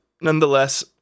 nonetheless